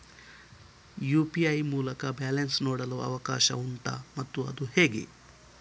UPI ಮೂಲಕ balance ನೋಡಲು ಅವಕಾಶ ಉಂಟಾ ಮತ್ತು ಅದು ಹೇಗೆ?